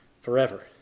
forever